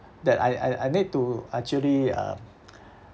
that I I I I need to actually uh